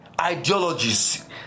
ideologies